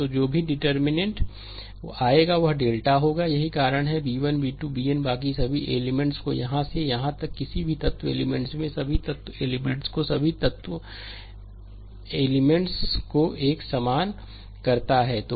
तो जो भी डिटर्मिननेंट् आएगा वह डेल्टा होगा यही कारण है कि b 1 b 2 bn बाकी सभी एलिमेंट्स को यहाँ से यहाँ तक कि सभी तत्वों एलिमेंट्स में यह सभी तत्वों एलिमेंट्स को सभी तत्वों एलिमेंट्स को एक समान करता है